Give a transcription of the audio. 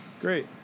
Great